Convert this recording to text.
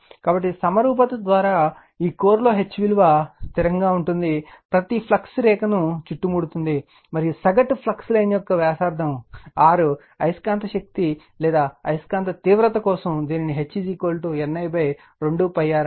కాబట్టి సమరూపత ద్వారా ఈ కోర్ లో H విలువ స్థిరంగా ఉంటుంది ప్రతి ఫ్లక్స్ రేఖను చుట్టుముడుతుంది మరియు సగటు ఫ్లక్స్ లైన్ యొక్క వ్యాసార్థం R అయస్కాంత శక్తి లేదా అయస్కాంత తీవ్రత కోసం దీనిని H NI 2 π R